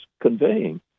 conveying